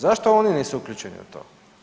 Zašto oni nisu uključeni u to?